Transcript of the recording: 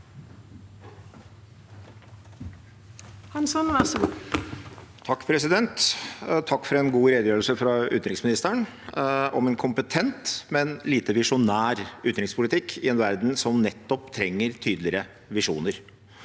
Takk for en god redegjørelse fra utenriksministeren om en kompetent, men lite visjonær utenrikspolitikk i en verden som nettopp trenger tydeligere visjoner.